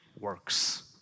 works